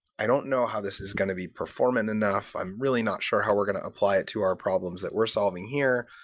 i don't know how this is going to be performant enough. i'm really not sure how we're going to apply it to our problems that we're solving here,